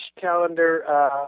calendar